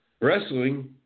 Wrestling